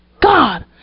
God